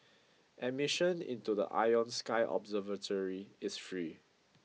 admission into the Ion Sky observatory is free